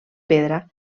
pedra